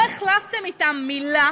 לא החלפתם אתם מילה